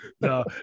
no